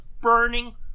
burning